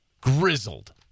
grizzled